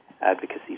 advocacy